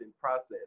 process